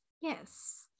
yes